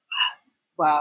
Wow